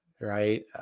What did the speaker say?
right